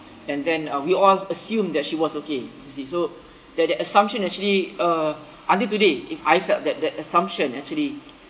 and then uh we all assumed that she was okay you see so that that assumption actually uh until today if I felt that that assumption actually